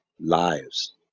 Lives